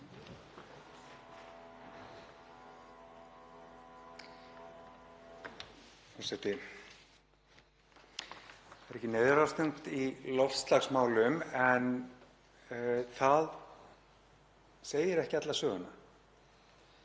Það ríkir neyðarástand í loftslagsmálum en það segir ekki alla söguna.